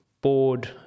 board